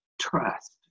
trust